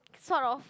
sort of